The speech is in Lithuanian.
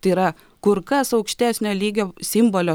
tai yra kur kas aukštesnio lygio simbolio